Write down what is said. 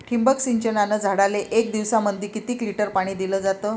ठिबक सिंचनानं झाडाले एक दिवसामंदी किती लिटर पाणी दिलं जातं?